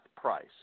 Price